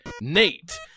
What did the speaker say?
Nate